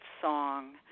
song